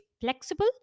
flexible